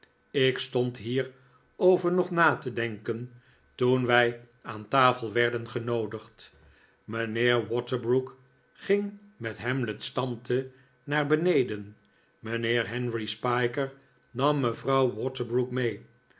ik stond hierover nog na te denken toen wij aan tafel werden genoodigd mijnheer waterbrook ging met hamlet's tante naar beneden mijnheer henry spiker nam mevrouw waterbrook mee